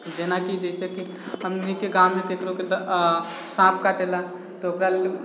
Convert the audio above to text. जेनाकि जैसे कि हमनीके गाँवमे ककरोके तऽ साँप काटि लै तऽ ओकरा लेल